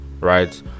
right